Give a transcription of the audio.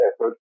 effort